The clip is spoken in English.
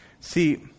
See